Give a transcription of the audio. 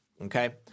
Okay